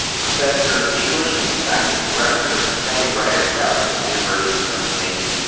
professor of english and faculty director of the kelly writers house at the university of pennsylvania.